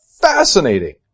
fascinating